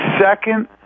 second